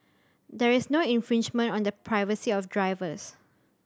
there is no infringement on the privacy of drivers